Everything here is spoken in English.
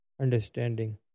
understanding